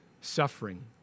suffering